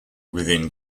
within